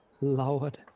Lord